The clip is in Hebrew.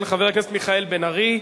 של חבר הכנסת מיכאל בן-ארי.